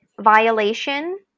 Violation